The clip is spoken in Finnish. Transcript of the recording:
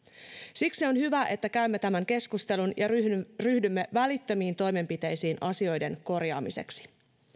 siksi on hyvä että käymme tämän keskustelun ja ryhdymme ryhdymme välittömiin toimenpiteisiin asioiden korjaamiseksi